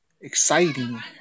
exciting